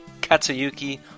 katsuyuki